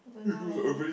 don't know leh